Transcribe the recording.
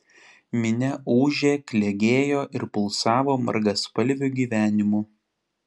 minia ūžė klegėjo ir pulsavo margaspalviu gyvenimu